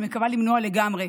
אני מקווה למנוע לגמרי,